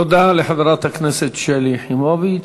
תודה לחברת הכנסת שלי יחימוביץ.